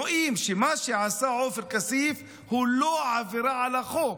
רואים שמה שעשה עופר כסיף הוא לא עבירה על החוק,